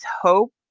hope